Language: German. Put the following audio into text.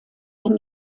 wenn